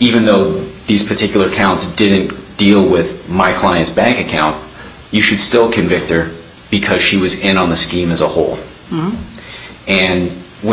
even though these particular counts didn't deal with my client's bank account you should still convict her because she was in on the scheme as a whole and when